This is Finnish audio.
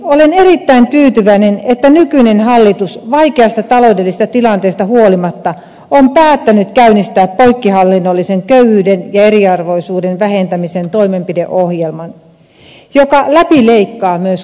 olen erittäin tyytyväinen että nykyinen hallitus vaikeasta taloudellisesta tilanteesta huolimatta on päättänyt käynnistää köyhyyden ja eriarvoisuuden vähentämisen poikkihallinnollisen toimenpideohjelman joka läpileikkaa myös koko hallitusohjelman